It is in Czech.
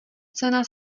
cena